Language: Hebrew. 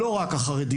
לא רק החרדיות,